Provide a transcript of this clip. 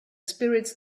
spirits